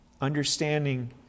understanding